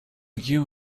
you